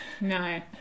No